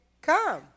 Come